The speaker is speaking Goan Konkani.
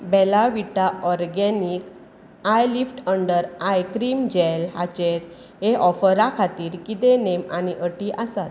बेला Vita organic eyelift under eye cream gel हाचेर हे ऑफरा खातीर कितें नेम आनी अटी आसात